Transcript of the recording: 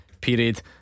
period